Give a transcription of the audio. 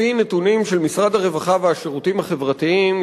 לפי נתונים של משרד הרווחה והשירותים החברתיים,